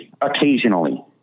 Occasionally